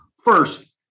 First